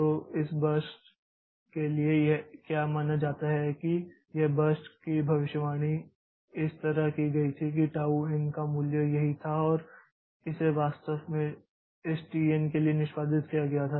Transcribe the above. तो इस बर्स्ट के लिए क्या माना जाता था कि यह बर्स्ट कीभविष्यवाणी इस तरह की गई थी कि टाऊ n का मूल्य यही था और इसे वास्तव में इस t n के लिए निष्पादित किया गया था